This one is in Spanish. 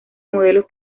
modelos